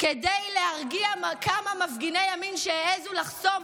כדי להרגיע כמה מפגיני ימין שהעזו לחסום,